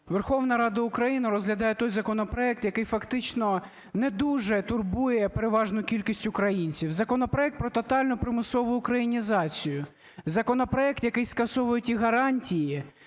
Верховна Рада України розглядає той законопроект, який фактично не дуже турбує переважну кількість українців, законопроект про тотальну примусову українізацію, законопроект, який скасовує ті гарантії,